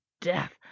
death